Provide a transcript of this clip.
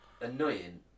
annoying